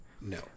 No